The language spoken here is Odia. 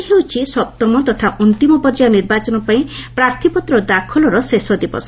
ଆଜି ହେଉଛି ସପ୍ତମ ତଥା ଅନ୍ତିମ ପର୍ଯ୍ୟାୟ ନିର୍ବାଚନ ପାଇଁ ପ୍ରାର୍ଥୀପତ୍ର ଦାଖଲର ଶେଷ ଦିବସ